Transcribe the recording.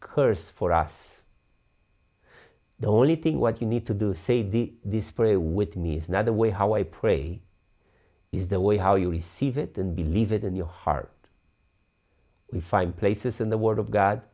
curse for us the only thing what you need to do say the this pray with me is another way how i pray is the way how you receive it and believe it in your heart we find places in the word of god